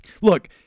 look